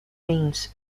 means